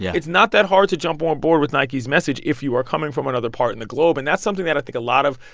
yeah it's not that hard to jump on board with nike's message if you are coming from another part in the globe. and that's something that i think a lot of,